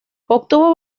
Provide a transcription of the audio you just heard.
obtuvo